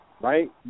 Right